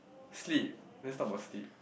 sleep let's talk about sleep